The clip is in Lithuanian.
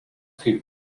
kaip